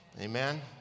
Amen